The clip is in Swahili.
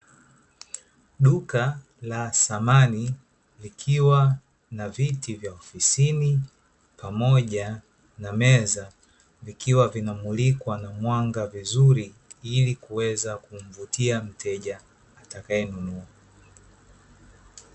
Duka la samani likiwa na viti vya ofisini pamoja na meza, vikiwa vinamulikwa na mwanga vizuri ili kuweza kumvutia mteja atakayenunua.